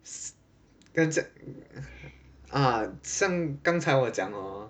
s~ 刚才 ah 像刚才我讲 orh